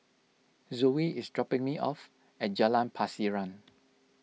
Zoe is dropping me off at Jalan Pasiran